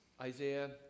Isaiah